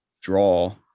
draw